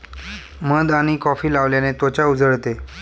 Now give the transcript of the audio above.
मध आणि कॉफी लावल्याने त्वचा उजळते